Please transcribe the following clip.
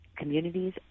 communities